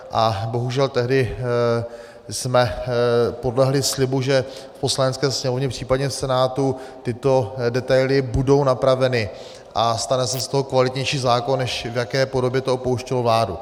A bohužel tehdy jsme podlehli slibu, že v Poslanecké sněmovně, případně v Senátu tyto detaily budou napraveny a stane se z toho kvalitnější zákon, než v jaké podobě to opouštělo vládu.